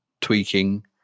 tweaking